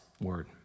Word